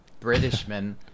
Britishman